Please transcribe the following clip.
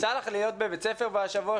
יצא לך להיות בבית ספר בשבוע,